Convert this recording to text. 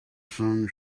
sun